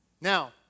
Now